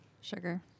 Sugar